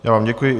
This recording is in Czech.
Já vám děkuji.